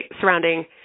surrounding